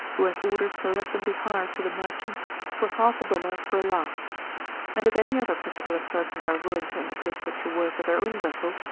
who has orders to let them be hired to the merchants for half-a-dollar per last and if any other particular persons are willing to undertake such a work with their own vessels,